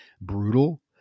brutal